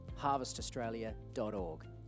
harvestaustralia.org